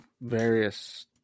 various